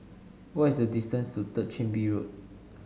what is the distance to Third Chin Bee Road